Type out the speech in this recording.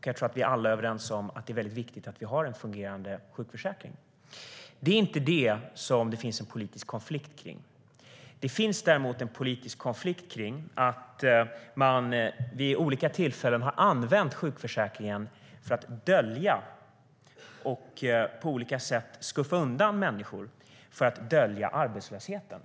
Jag tror att vi alla är överens om att det är väldigt viktigt att vi har en fungerande sjukförsäkring. Det är inte detta som det finns en politisk konflikt om. Det finns däremot en politisk konflikt om att man vid olika tillfällen har använt sjukförsäkringen för att dölja och på olika sätt skuffa undan människor för att dölja arbetslösheten.